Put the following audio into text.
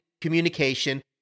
communication